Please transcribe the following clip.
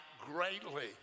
greatly